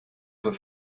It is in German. für